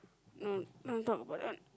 no don't talk about that